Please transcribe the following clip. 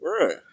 Right